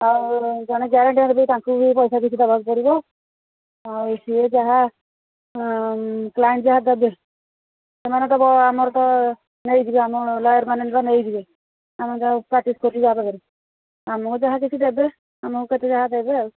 ଆଉ ଜଣେ ତାଙ୍କୁବି ପଇସା କିଛି ଦେବାକୁ ପଡ଼ିବ ଆଉ ସିଏ ଯାହା କ୍ଳାଇନଟି ଯାହା ଦେବେ ସେମାନେ ଦେବ ଆମର ତ ନେଇଯିବେ ଆମ ଲୟାରମାନେ ତ ନେଇଯିବେ ଆମେ ଯୋଉ ପ୍ରାକ୍ଟିସ କରୁଛୁ ଯାହା ପାଖରେ ଆମକୁ ଯାହା କିଛି ଦେବେ ଆମକୁ କେତେ ଯାହା ଦେବେ ଆଉ